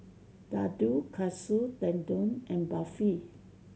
Ladoo Katsu Tendon and Barfi